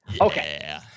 Okay